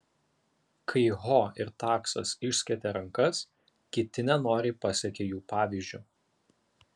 kai ho ir taksas išskėtė rankas kiti nenoriai pasekė jų pavyzdžiu